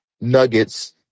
Nuggets